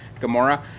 Gamora